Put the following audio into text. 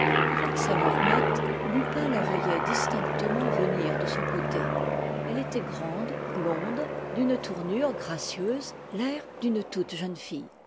avec sa lorgnette lupin la voyait distinctement venir de son côté elle était grande blonde d'une tournure gracieuse l'air d'une toute jeune fille